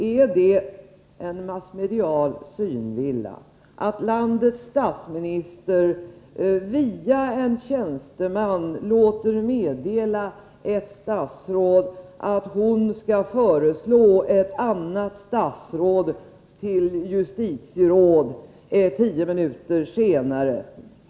Är det en massmedial synvilla att landets statsminister via en tjänsteman låter meddela ett statsråd att hon skall föreslå ett annat statsråd till justitieråd tio minuter senare?